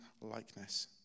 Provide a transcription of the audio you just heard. likeness